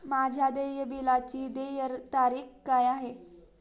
माझ्या देय बिलाची देय तारीख काय आहे?